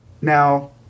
now